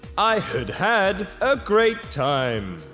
i had had a great time.